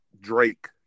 Drake